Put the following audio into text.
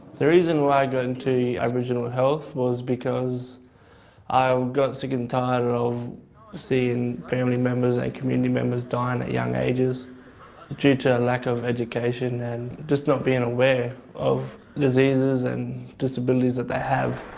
the reason i got into aboriginal health was because i got sick and tired of seeing family members and community members dying at young ages due to a lack of education and just not being aware of diseases and disabilities that they have.